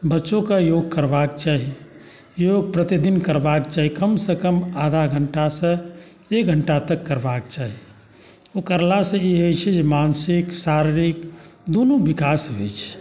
बच्चोकेँ योग करबाक चाही योग प्रतिदिन करबाक चाही कमसँ कम आधा घण्टासँ एक घण्टा तक करबाक चाही ओ करलासँ ई होइत छै जे मानसिक शारीरिक दुनू विकास होइत छै